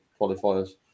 qualifiers